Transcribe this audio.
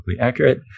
accurate